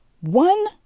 one